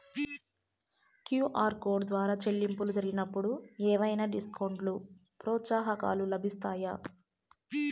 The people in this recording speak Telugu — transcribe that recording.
క్యు.ఆర్ కోడ్ ద్వారా చెల్లింపులు జరిగినప్పుడు ఏవైనా డిస్కౌంట్ లు, ప్రోత్సాహకాలు లభిస్తాయా?